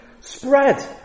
spread